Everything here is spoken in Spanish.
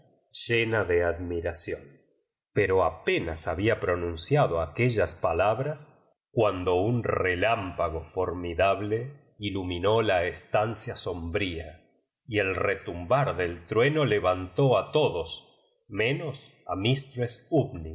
llena de ad miración pero apenas había pronunciado aquellas palabras cuando un relámpago formidable iluminó la estancia sombría y el retumbar del trueno levantó a todos menos